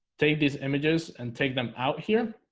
take these images and take them out here